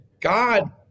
God